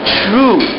true